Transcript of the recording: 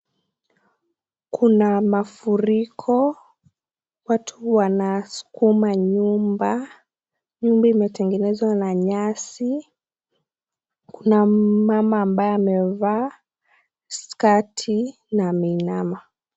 Kuna mafuriko. Watu wanasukuma nyumba. Nyumba imetengenezwa na nyasi na mama ambaye amevaa skati na ameinama.